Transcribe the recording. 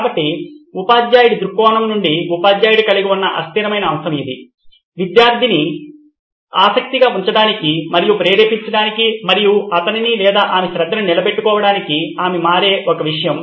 కాబట్టి ఉపాధ్యాయుడి దృక్కోణం నుండి ఉపాధ్యాయుడు కలిగి ఉన్న అస్థిరమైన అంశం ఇది విధ్యార్దిని ఆసక్తిగా ఉంచడానికి మరియు ప్రేరేపించటానికి మరియు అతని లేదా ఆమె శ్రద్ధను నిలబెట్టుకోవటానికి ఆమె మారే ఒక విషయం